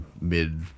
mid